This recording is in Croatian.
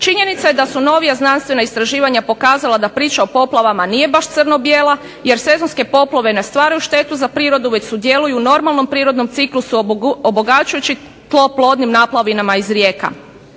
Činjenica je da su novija znanstvena istraživanja pokazala da priča o poplavama nije baš crno-bijela jer sezonske poplave ne stvaraju štetu za prirodu već sudjeluju u normalnom prirodnom ciklusu obogaćujući tlo plodnim naplavinama iz rijeka.